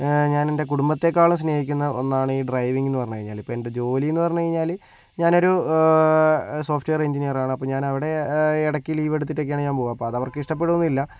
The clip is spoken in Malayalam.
ഞാൻ എൻ്റെ കുടുംബത്തെക്കാളും സ്നേഹിക്കുന്ന ഒന്നാണ് ഈ ഡ്രൈവിങ്ങ് എന്നു പറഞ്ഞുകഴിഞ്ഞാല് ഇപ്പോൾ എൻ്റെ ജോലിയെന്ന് പറഞ്ഞുകഴിഞ്ഞാല് ഞാനൊരു സോഫ്റ്റ്വെയർ എഞ്ചിനീയർ ആണ് അപ്പോൾ ഞാൻ അവിടെ ഇടയ്ക്ക് ലീവ് എടുത്തിട്ടൊക്കെയാണ് ഞാൻ പോവുക അപ്പോൾ അതവർക്ക് ഇഷ്ടപ്പെടുകയൊന്നും ഇല്ല